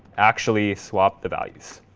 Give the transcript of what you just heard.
actually swap the values.